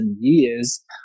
years